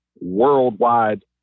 worldwide